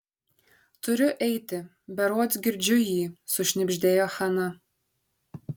turiu eiti berods girdžiu jį sušnibždėjo hana